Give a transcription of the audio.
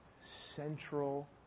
central